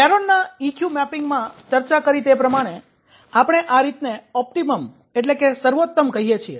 બેરોનના EQ મેપિંગમાં ચર્ચા કરી તે પ્રમાણે આપણે આ રીતને ઓપ્ટીમમ સર્વોત્તમ કહીએ છીએ